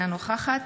אינה נוכחת